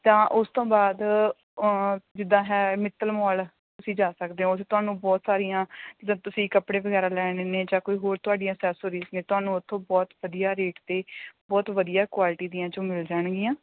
ਤਾਂ ਉਸ ਤੋਂ ਬਾਅਦ ਜਿੱਦਾਂ ਹੈ ਮਿੱਤਲ ਮੌਲ ਤੁਸੀਂ ਜਾ ਸਕਦੇ ਹੋ ਉੱਥੇ ਤੁਹਾਨੂੰ ਬਹੁਤ ਸਾਰੀਆਂ ਜਿੱਦਾਂ ਤੁਸੀਂ ਕੱਪੜੇ ਵਗੈਰਾ ਲੈਣੇ ਨੇ ਜਾਂ ਕੋਈ ਹੋਰ ਤੁਹਾਡੀਆਂ ਅਸੈਸਰੀ ਨੇ ਤੁਹਾਨੂੰ ਉੱਥੋਂ ਬਹੁਤ ਵਧੀਆ ਰੇਟ 'ਤੇ ਬਹੁਤ ਵਧੀਆ ਕੁਆਲਿਟੀ ਦੀਆਂ ਜੋ ਮਿਲ ਜਾਣਗੀਆਂ